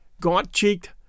Gaunt-cheeked